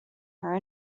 her